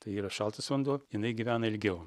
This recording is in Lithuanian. tai yra šaltas vanduo jinai gyvena ilgiau